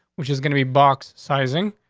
which is gonna be box sizing,